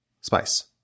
spice